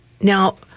Now